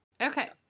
Okay